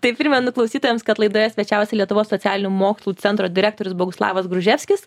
tai primenu klausytojams kad laidoje svečiavosi lietuvos socialinių mokslų centro direktorius boguslavas gruževskis